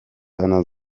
einer